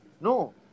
No